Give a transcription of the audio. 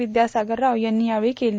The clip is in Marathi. विद्यासागर राव यांनी यावेळी केली